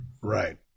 Right